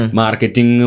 marketing